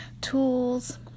tools